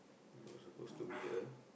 you were suppose to be a